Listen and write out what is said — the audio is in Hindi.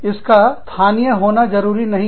इसका स्थानीय होना जरूरी नहीं है